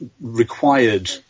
required